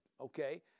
okay